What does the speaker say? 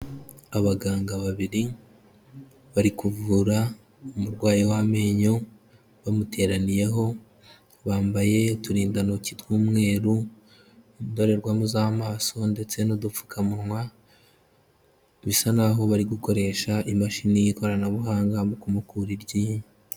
Abaganga babiri bari kuvura umurwayi w'amenyo bamuteraniyeho, bambaye uturindantoki tw'umweru, indorerwamo z'amaso ndetse n'udupfukamunwa, bisa naho bari gukoresha imashini y'ikoranabuhanga mu kumukura iryinyo.